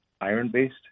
iron-based